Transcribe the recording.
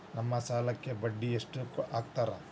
ನಮ್ ಸಾಲಕ್ ಬಡ್ಡಿ ಎಷ್ಟು ಹಾಕ್ತಾರ?